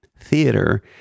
Theater